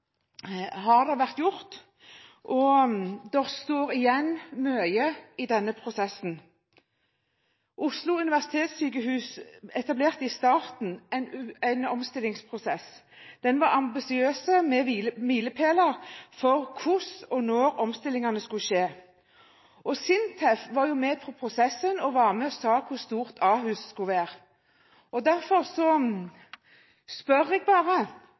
har vært gjort, og det står igjen mye i denne prosessen. Oslo universitetssykehus etablerte i starten en omstillingsprosess. Den var ambisiøs med milepæler for hvordan og når omstillingene skulle skje. SINTEF var med på prosessen, og var med og sa hvor stort Ahus skulle være. Derfor spør jeg bare: